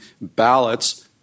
ballots—